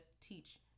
teach